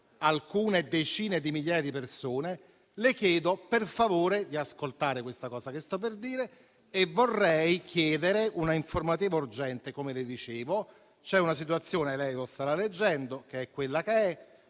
alcune decine di migliaia di persone. Le chiedo, per favore, di ascoltare quello che sto per dire e vorrei chiedere un'informativa urgente. C'è una situazione - lei lo starà leggendo - che è quella che è: